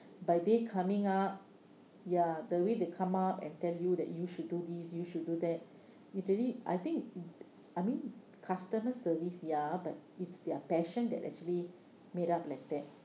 by they coming up ya the way they come up and tell you that you should do this you should do that actually I think I mean customer service ya but it's their passion that actually made up like that